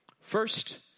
First